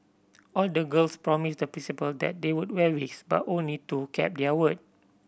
all the girls promised the Principal that they would wear wigs but only two kept their word